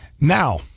Now